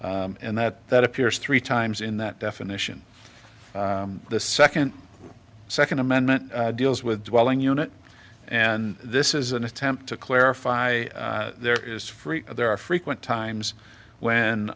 and that that appears three times in that definition the second second amendment deals with welling unit and this is an attempt to clarify there is free there are frequent times when